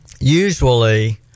usually